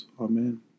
Amen